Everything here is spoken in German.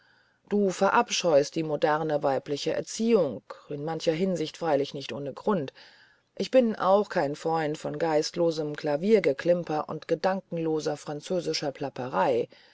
du verabscheust die moderne weibliche erziehung in mancher hinsicht freilich nicht ohne grund ich bin auch kein freund von geistlosem klaviergeklimper und gedankenloser französischer plapperei